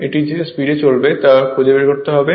এটি যে স্পিডে চালাবে তা খুঁজে বের করতে হবে